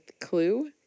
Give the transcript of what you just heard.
Clue